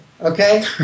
Okay